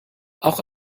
auch